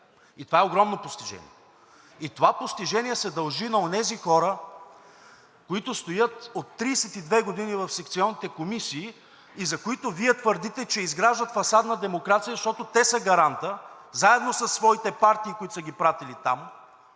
и това е огромно постижение. И това постижение се дължи на онези хора, които стоят от 32 години в секционните комисии и за които Вие твърдите, че изграждат фасадна демокрация, защото те са гарантът, заедно със своите партии, които са ги пратили там.